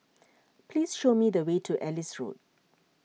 please show me the way to Ellis Road